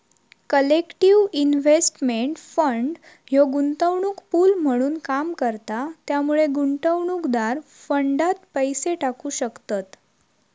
collective investment fund ह्यो गुंतवणूक pool म्हणून काम करता त्यामुळे गुंतवणूकदार फंडात पैसे टाकू शकतत